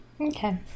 Okay